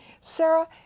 Sarah